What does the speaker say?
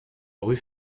rue